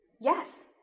Yes